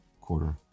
Quarter